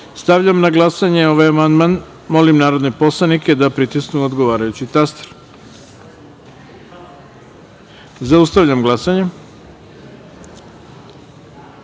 na glasanje ovaj amandman. Molim narodne poslanike da pritisnu odgovarajući taster. Zaustavljam glasanje: